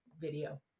video